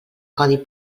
codi